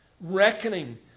Reckoning